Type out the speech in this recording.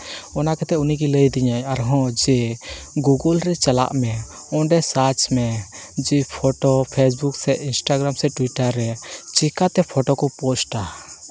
ᱚᱱᱟ ᱠᱚᱫᱚ ᱩᱱᱤᱜᱮᱭ ᱞᱟᱹᱭᱟᱫᱤᱧᱟ ᱟᱨᱦᱚᱸ ᱡᱮ ᱜᱩᱜᱩᱞ ᱨᱮ ᱪᱟᱞᱟᱜ ᱢᱮ ᱚᱸᱰᱮ ᱥᱟᱨᱪ ᱢᱮ ᱡᱮ ᱯᱷᱚᱴᱳ ᱯᱷᱮᱥᱵᱩᱠ ᱥᱮ ᱤᱱᱥᱴᱟᱜᱨᱟᱢ ᱥᱮ ᱴᱩᱭᱴᱟᱨ ᱨᱮ ᱴᱮᱠᱟᱛᱮ ᱯᱷᱚᱴᱳ ᱠᱚ ᱯᱳᱥᱴᱟ